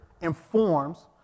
informs